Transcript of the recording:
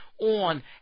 on